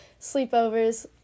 sleepovers